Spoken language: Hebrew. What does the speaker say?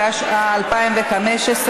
התשע"ה 2015,